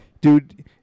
dude